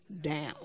down